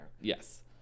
Yes